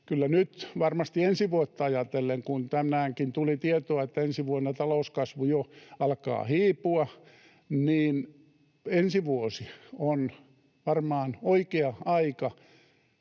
milloin se on se oikea aika, ja kun tänäänkin tuli tietoa, että ensi vuonna talouskasvu jo alkaa hiipua, niin ensi vuosi on varmaan oikea aika